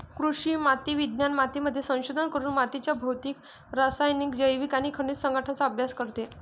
कृषी माती विज्ञान मातीमध्ये संशोधन करून मातीच्या भौतिक, रासायनिक, जैविक आणि खनिज संघटनाचा अभ्यास करते